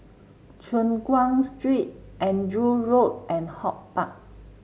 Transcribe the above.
Choon Guan Street Andrew Road and HortPark